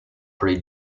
pre